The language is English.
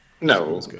No